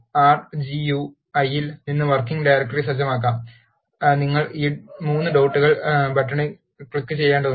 R G U ഐയിൽ നിന്ന് working directory സജ്ജമാക്കാൻ നിങ്ങൾ ഈ 3 ഡോട്ടുകൾ ബട്ടണിൽ ക്ലിക്കുചെയ്യേണ്ടതുണ്ട്